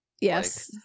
Yes